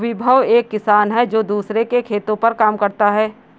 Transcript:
विभव एक किसान है जो दूसरों के खेतो पर काम करता है